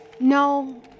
No